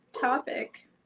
topic